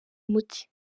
umuti